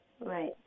Right